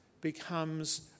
becomes